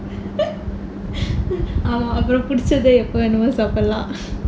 ஆமா ரொம்ப புடிச்ச:aamaa romba puticha food சாப்டலாம்:saapdalaam